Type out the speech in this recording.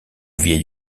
vieil